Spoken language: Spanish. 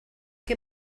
qué